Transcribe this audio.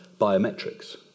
biometrics